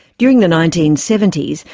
during the nineteen seventy s,